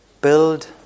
Build